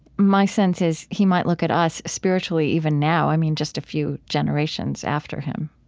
my sense is he might look at us spiritually even now, i mean, just a few generations after him,